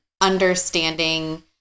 understanding